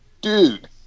dude